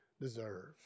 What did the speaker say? deserve